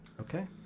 Okay